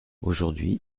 aujourd’hui